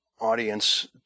audience